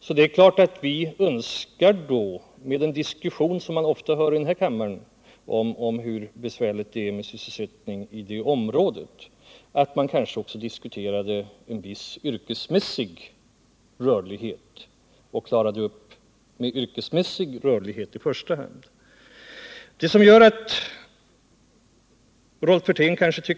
Med tanke på den diskussion som ofta förs här i kammaren om hur besvärligt det är med sysselsättningsläget i den delen av landet skulle man önska att de behoven i första hand klarades genom en yrkesmässig rörlighet. Rolf Wirtén tycker att jag har tagit i litet extra i den här debatten.